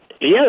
Yes